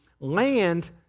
land